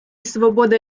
свободи